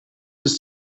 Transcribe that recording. ist